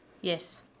Yes